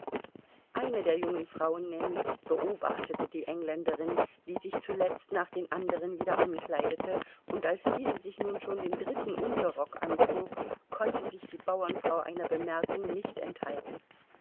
eine der jungen frauen nämlich beobachtete die engländerin die sich zuletzt nach den andern wieder ankleidete und als diese sich nun schon den dritten unterrock anzog konnte sich die bauernfrau einer bemerkung nicht enthalten